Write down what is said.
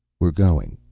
we're going,